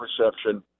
reception